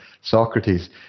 Socrates